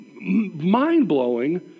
mind-blowing